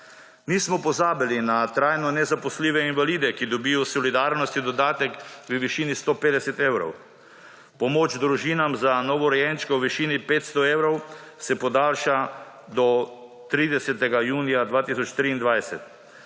Nismo pozabili na trajno nezaposljive invalide, ki dobijo solidarnostni dodatek v višini 150 evrov. Pomoč družinam za novorojenčke v višini 500 evrov se podaljša do 30. junija 2023.